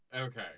Okay